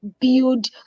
build